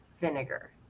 vinegar